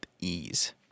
ease